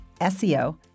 SEO